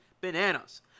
bananas